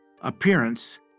appearance